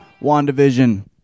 WandaVision